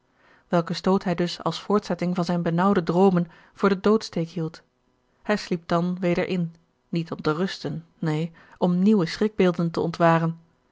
stoot hij dus als voortzetting van zijne benaauwde droomen voor den doodsteek hield hij sliep dan weder in niet om te rusten neen om nieuwe schrikbeelden te ontwaren